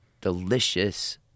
delicious